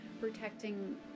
protecting